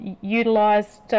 utilised